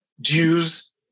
Jews